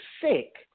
sick